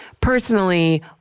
personally